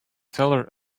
teller